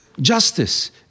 justice